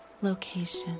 location